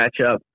matchup